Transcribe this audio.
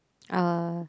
uh